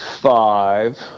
five